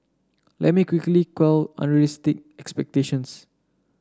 let me quickly quell unrealistic expectations